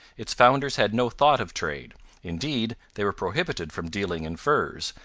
its founders had no thought of trade indeed, they were prohibited from dealing in furs,